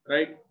Right